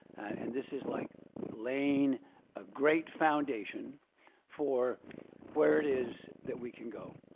and this is like laying a great foundation for where it is that we can go.